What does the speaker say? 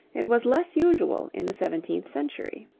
it was less usual in the seventeenth century.